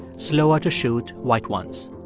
slower to shoot white ones.